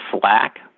Slack